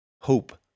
Hope